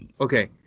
okay